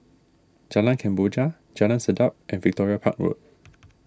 Jalan Kemboja Jalan Sedap and Victoria Park Road